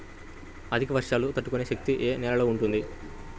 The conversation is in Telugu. అధిక వర్షాలు తట్టుకునే శక్తి ఏ నేలలో ఉంటుంది?